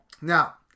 Now